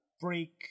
break